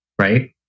Right